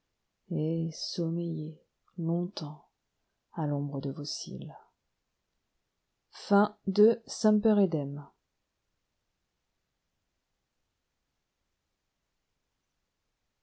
et sommeiller longtemps à l'ombre de vos cils